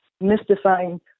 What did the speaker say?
mystifying